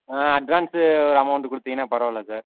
ஆ advance amount கொடுத்தீங்கன்னா பரவாயில்ல sir